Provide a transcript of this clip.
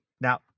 Now